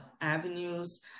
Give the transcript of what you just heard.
avenues